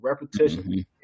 repetition